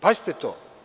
Pazite to.